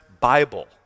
Bible